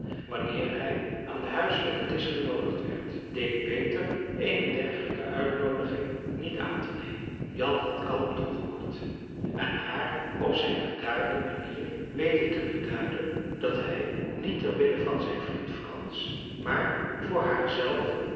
wanneer hij aan den huiselijken disch genoodigd werd deed beter eene dergelijke uitnoodiging niet aantenemen jan had kalm toegehoord en haar op zijn bedaarde manier weten te beduiden dat hij niet ter wille van zijn vriend frans maar voor haar